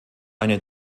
eine